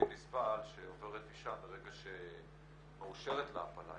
נסבל שעוברת אישה מרגע שמאושרת לה הפלה,